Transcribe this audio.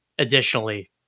Additionally